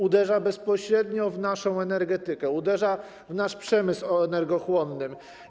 Uderza bezpośrednio w naszą energetykę, uderza w nasz przemysł energochłonny.